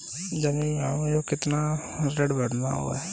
जनवरी माह में मुझे कितना ऋण भरना है?